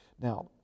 Now